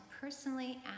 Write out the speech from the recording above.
personally